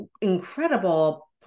incredible